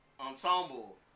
Ensemble